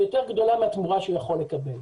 יותר גדולה מהתמורה שהוא יכול לקבל.